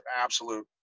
absolute